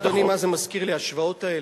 אתה יודע, אדוני, מה זה מזכיר לי, ההשוואות האלה?